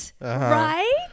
Right